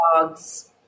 dogs